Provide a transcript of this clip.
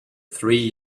three